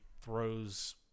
throws